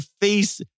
face